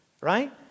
Right